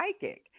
psychic